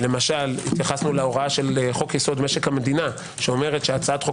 למשל התייחסנו של חוק יסוד: משק המדינה שאומרת שהצעת חוק